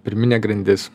pirminė grandis